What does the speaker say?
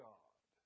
God